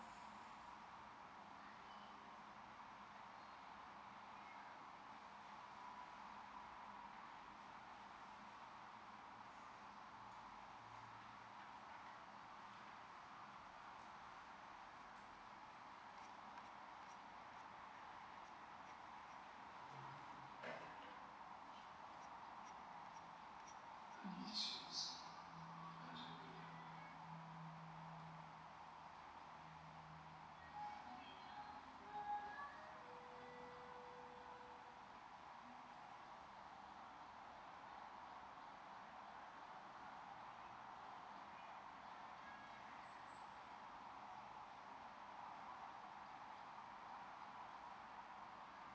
mm